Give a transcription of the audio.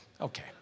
Okay